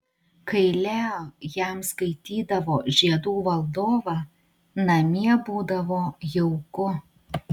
kai leo jam skaitydavo žiedų valdovą namie būdavo jauku